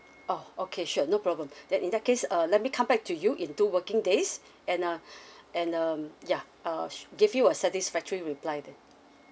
oh okay sure no problem then in that case uh let me come back to you in two working days and uh and um ya err give you a satisfactory reply then